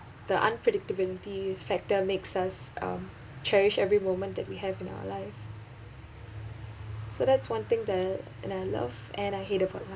the unpredictability factor makes us um cherish every moment that we have in our life so that's one thing that and I love and I hate about